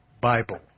Bible